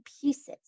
pieces